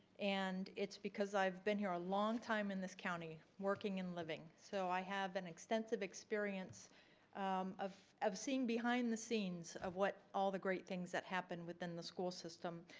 and it's because i've been here a long time in this county working and living so i have an extensive experience of of seeing behind the scenes of what all the great things that happen within the school system.